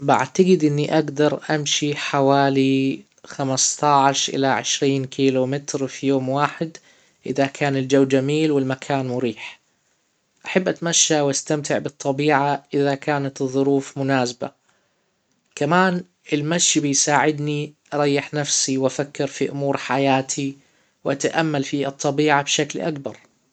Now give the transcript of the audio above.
بعتجد اني اجدر امشي حوالي خمسة عشر الى عشرين كيلو متر في يوم واحد اذا كان الجو جميل والمكان مريح احب اتمشى واستمتع بالطبيعة اذا كانت الظروف مناسبة كمان المشي بيساعدني اريح نفسي و أفكر في امور حياتي واتأمل في الطبيعة بشكل اكبر